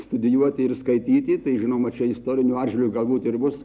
studijuoti ir skaityti tai žinoma čia istoriniu atžvilgiu galbūt ir bus